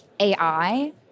AI